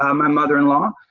um my mother-in-law.